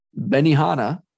Benihana